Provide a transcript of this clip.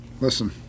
Listen